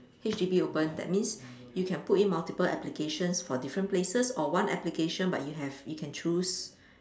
H_D_B open that means you can put in multiple applications for different places or one application but you have you can choose